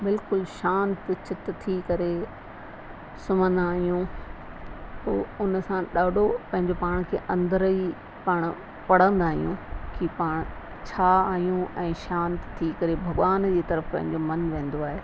बिल्कुलु शांत चित थी करे सुम्हंदा आहियूं पोइ उन सां ॾाढो पंहिंजे पाण खे अंदरि ई पाण पढ़ंदा आहियूं की पाण छा आहियूं ऐं शांत थी करे भॻवान जी तरफ़ु पंहिंजो मनु वेंदो आहे